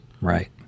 right